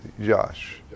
Josh